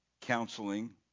counseling